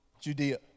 Judea